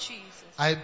Jesus